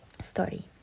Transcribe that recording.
Story